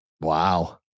Wow